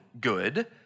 good